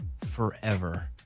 forever